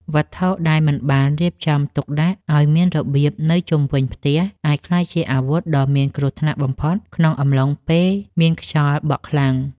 វត្ថុដែលមិនបានរៀបចំទុកដាក់ឱ្យមានរបៀបនៅជុំវិញផ្ទះអាចក្លាយជាអាវុធដ៏មានគ្រោះថ្នាក់បំផុតក្នុងអំឡុងពេលមានខ្យល់បក់ខ្លាំង។